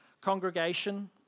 congregation